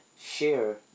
share